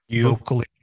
vocally